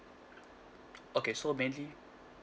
okay so mainly